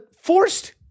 forced